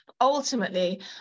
ultimately